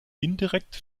indirekt